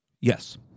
Yes